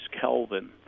Kelvin